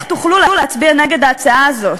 איך תוכלו להצביע נגד ההצעה הזאת?